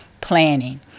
planning